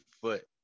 foot